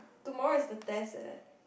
tomorrow is the test leh